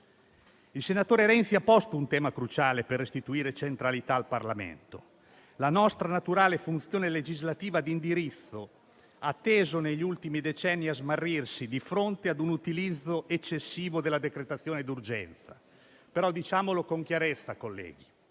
Il senatore Renzi ha posto un tema cruciale per restituire centralità al Parlamento: la nostra naturale funzione legislativa e di indirizzo ha teso negli ultimi decenni a smarrirsi di fronte ad un utilizzo eccessivo della decretazione d'urgenza. Però, diciamolo con chiarezza colleghi,